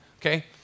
okay